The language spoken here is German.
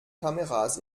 kameras